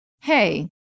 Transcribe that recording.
hey